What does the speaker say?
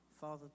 Father